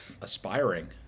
Aspiring